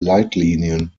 leitlinien